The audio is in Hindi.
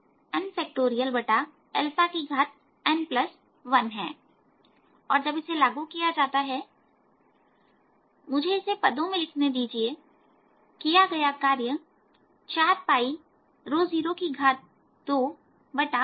n1 और जब इसे लागू किया जाता है मुझे इसे पदों में लिखने दीजिए किया गया कार्य 4020के बराबर है